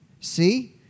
see